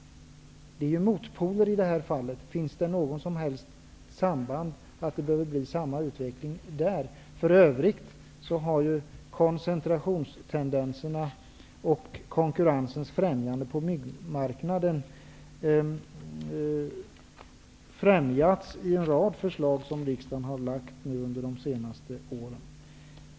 Det är fråga om motpoler. Finns det något som helst samband, så att det behöver bli samma utveckling inom försäkringsbranschen? För övrigt har koncentrationstendenserna på byggmarknaden motarbetats samtidigt som konkurrensen har främjats genom en rad förslag till riksdagen under de senaste åren.